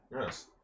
Yes